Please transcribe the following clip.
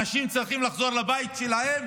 אנשים צריכים לחזור לבית שלהם